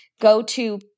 go-to